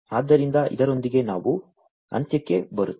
ಆದ್ದರಿಂದ ಇದರೊಂದಿಗೆ ನಾವು ಅಂತ್ಯಕ್ಕೆ ಬರುತ್ತೇವೆ